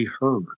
Heard